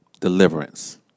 Deliverance